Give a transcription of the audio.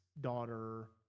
daughter